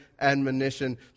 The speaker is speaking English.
admonition